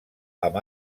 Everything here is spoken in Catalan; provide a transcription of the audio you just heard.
amb